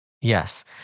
Yes